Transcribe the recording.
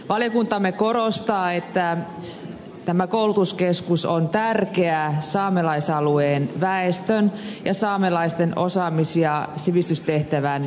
valiokuntamme korostaa että tämä koulutuskeskus on tärkeä saamelaisalueen väestön ja saamelaisten osaamis ja sivistystehtävän toteuttaja